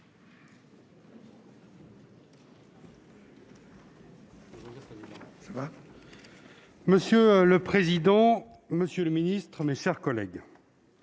Monsieur le président, monsieur le ministre, mes chers collègues,